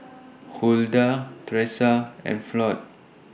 Huldah Tresa and Floyd